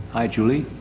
hi julie.